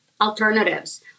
alternatives